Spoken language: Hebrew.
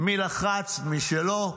מי לחץ, מי לא.